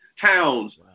towns